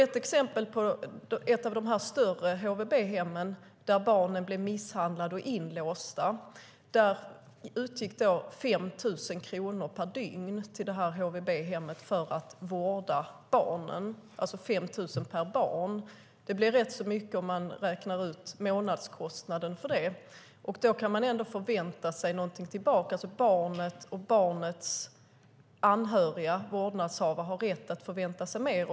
Till ett av de större HVB-hemmen, där barnen blev misshandlade och inlåsta, utgick 5 000 kronor per barn och dygn för vården. Det blir rätt mycket om man räknar ut månadskostnaden. Då borde man kunna förvänta sig något tillbaka. Barnet och barnets vårdnadshavare har rätt att förvänta sig mer.